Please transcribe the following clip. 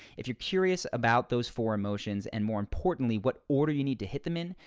if you're curious about those four emotions and, more importantly, what order you need to hit them in,